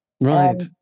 Right